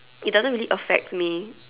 it doesn't really affect me